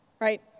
right